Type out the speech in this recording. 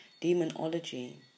Demonology